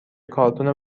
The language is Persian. کارتون